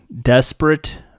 desperate